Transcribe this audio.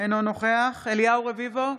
אינו נוכח אליהו רביבו,